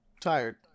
tired